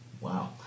Wow